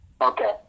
Okay